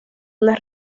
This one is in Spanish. una